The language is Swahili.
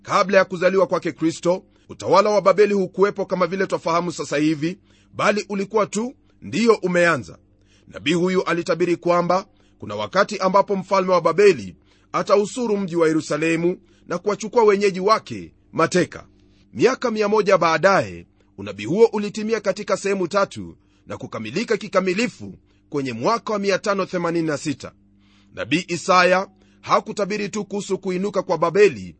Kabla ya kuzaliwa kwake Kristo, utawala wa Babeli hukuwepo kama vile twafahamu sasa hivi, bali ulikuwa tu ndio umeanza. Nabii huyu alitabiri kwamba kuna wakati ambapo mfalme wa Babeli atausuru mji wa Yerusalemu na kuwachukua wenyeji wake mateka. Miaka 100 baadaye, unabii huo ulitimia katika sehemu tatu na kukamilika kikamilifu kwenye mwaka wa 586. Nabii Isaya hakutabiri tu kuhusu kuinuka kwa Babeli,